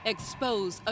Expose